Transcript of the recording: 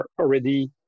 already